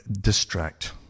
distract